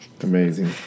Amazing